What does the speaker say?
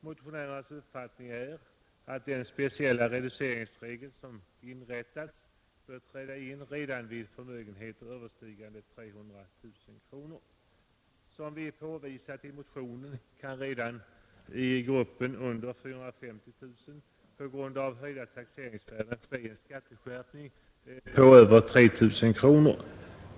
Motionärernas uppfattning är att den speciella reduceringsregel som införts bör träda in redan vid förmögenheter överstigande 300 000 kronor. Som vi påvisat i motionen kan redan i gruppen under 450 000 på grund av höjda taxeringsvärden ske en skatteskärpning på över 3 000 kronor.